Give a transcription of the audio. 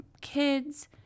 kids